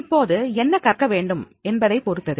இப்போது என்ன கற்க வேண்டும் என்பதை பொறுத்தது